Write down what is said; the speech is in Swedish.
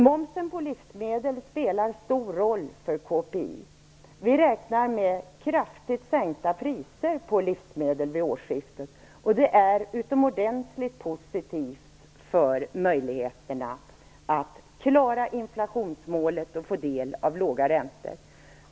Momsen på livsmedel spelar stor roll för konsumentprisindex. Vi räknar med kraftigt sänkta priser på livsmedel vid årsskiftet, vilket är utomordentligt positivt för möjligheterna att klara inflationsmålet och för att få del av låga räntor.